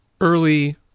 early